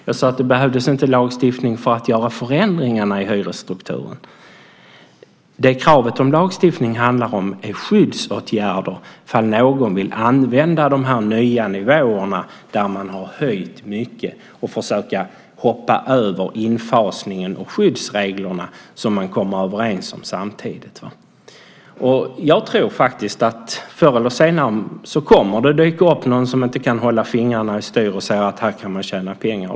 Jag sade att det inte behövdes lagstiftning för att göra förändringar i hyresstrukturen. Kravet på lagstiftning handlar om skyddsåtgärder när någon vill använda de nya nivåerna, har höjt mycket och försöker hoppa över infasningen och skyddsreglerna, som man kommer överens om samtidigt. Jag tror att det förr eller senare kommer att dyka upp någon som inte kan hålla fingrarna i styr utan tycker att här kan man tjäna pengar.